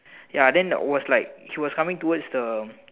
ya then I was like he was coming towards the